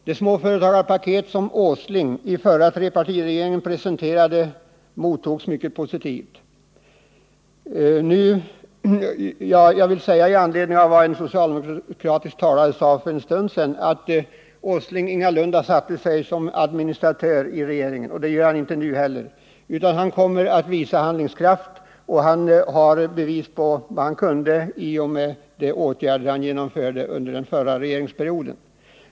Det småföretagarpaket som Nils Åsling presenterade i förra trepartiregeringen mottogs mycket positivt. Med anledning av vad en socialdemokratisk talare sade för en stund sedan vill jag framhålla att Nils Åsling ingalunda satt såsom administratör i trepartiregeringen. Det gör han inte nu heller. Han kommer att visa handlingskraft, och han har bevisat vad han kunde i och med de åtgärder som han genomförde under förra regeringsperioden.